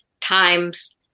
times